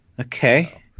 Okay